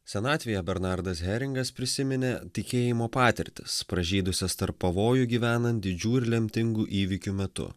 senatvėje bernardas heringas prisiminė tikėjimo patirtis pražydusias tarp pavojų gyvenant didžių ir lemtingų įvykių metu